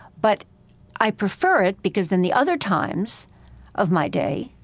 but i prefer it because, in the other times of my day,